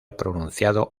pronunciado